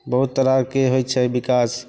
बहुत तरहके होइ छै विकास